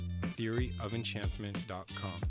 theoryofenchantment.com